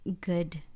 good